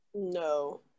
No